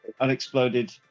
unexploded